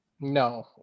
no